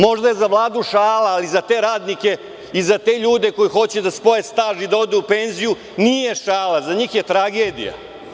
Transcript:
Možda je za Vladu šala, ali za te radnike i za te ljude koji hoće da spoje staž i da odu u penziju nije šala, za njih je tragedija.